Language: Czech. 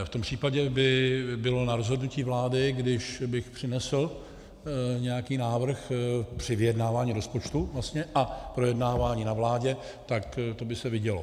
V tom případě by bylo na rozhodnutí vlády, kdybych přinesl nějaký návrh při vyjednávání rozpočtu a projednávání na vládě, tak to by se vidělo.